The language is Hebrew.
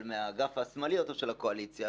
אבל מהאגף השמאלי של הקואליציה,